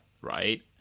right